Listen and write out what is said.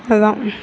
அதுதான்